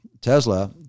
Tesla